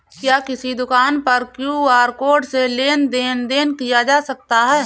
क्या किसी दुकान पर क्यू.आर कोड से लेन देन देन किया जा सकता है?